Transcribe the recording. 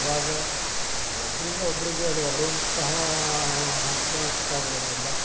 ಅವಾಗ ಒಬ್ಬರಿಂದ ಒಬ್ಬರಿಗೆ ಅದು ಹರಡುವಂತಹ ಕೀಟನಾಶಕ ಆಗಿರೋದರಿಂದ